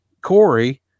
Corey